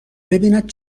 ببیند